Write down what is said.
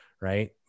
right